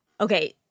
okay